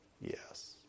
Yes